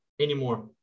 anymore